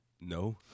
No